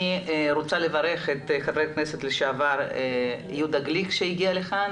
אני רוצה לברך את ח"כ לשעבר יהודה גליק שהגיע לכאן,